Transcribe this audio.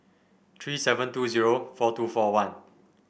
three seven two zero four two four one